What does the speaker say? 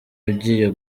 ugiye